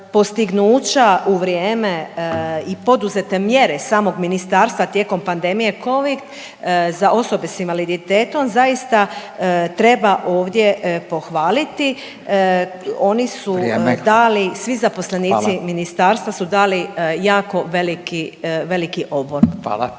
postignuća u vrijeme i poduzete mjere samog ministarstva tijekom pandemije covid za osobe s invaliditetom zaista treba ovdje pohvaliti. Oni su dali …/Upadica Radin: Vrijeme./… svi